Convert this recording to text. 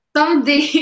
Someday